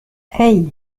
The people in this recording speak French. hey